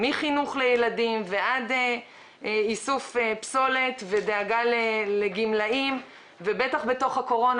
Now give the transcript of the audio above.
מחינוך לילדים ועד איסוף פסולת; ודאגה לגמלאים; ובטח בתוך הקורונה